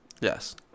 Yes